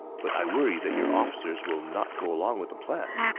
but i worry that your officers will not go along with the plan.